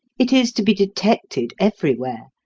it is to be detected everywhere,